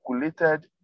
calculated